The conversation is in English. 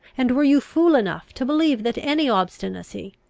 and were you fool enough to believe that any obstinacy,